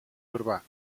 urbà